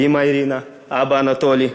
אימא אירנה, אבא אנטולי,